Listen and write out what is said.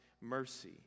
mercy